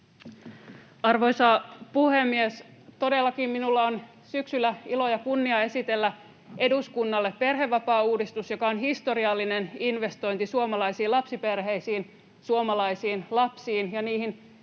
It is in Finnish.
Arvoisa puhemies! Todellakin minulla on syksyllä ilo ja kunnia esitellä eduskunnalle perhevapaauudistus, joka on historiallinen investointi suomalaisiin lapsiperheisiin, suomalaisiin lapsiin ja niihin